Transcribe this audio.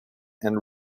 and